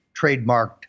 trademarked